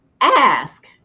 ask